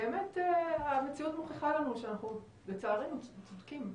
המציאות מוכיחה לנו שאנחנו לצערנו צודקים.